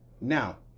Now